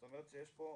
זאת אומרת שיש פה,